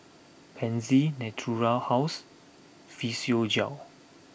Pansy Natura House Physiogel